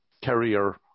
Carrier